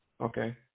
Okay